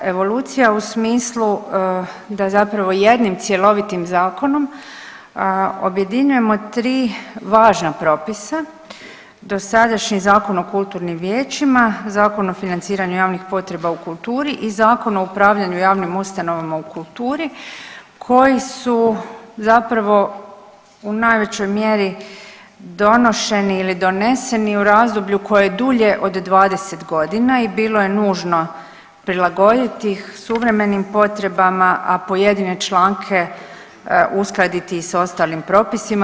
Evolucija u smislu da zapravo jednim cjelovitim zakonom objedinjujemo tri važna propisa, dosadašnji Zakon o kulturnim vijećima, Zakon o financiranju javnih potreba u kulturi i Zakon o upravljanju javnim ustanovama u kulturi koji su zapravo u najveći mjeri donošeni ili doneseni u razdoblju koje je dulje od 20 godina i bilo je nužno prilagoditi ih suvremenim potrebama, a pojedine članke uskladiti i s ostalim propisima.